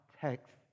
text